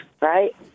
right